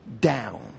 down